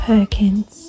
Perkins